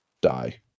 die